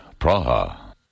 Praha